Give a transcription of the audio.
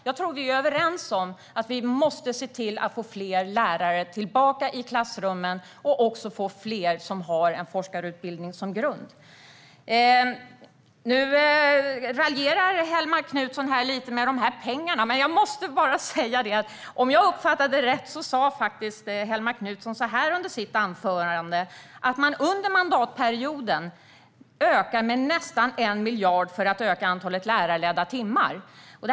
Jag tror att vi är överens om att vi måste få tillbaka fler lärare i klassrummen - och även fler som har forskarutbildning som grund. Hellmark Knutsson raljerar lite när det gäller pengarna. Jag måste bara säga att Hellmark Knutsson faktiskt sa i sitt anförande, om jag uppfattade det rätt, att man under mandatperioden ökar med nästan 1 miljard för att öka antalet lärarledda timmar.